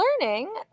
learning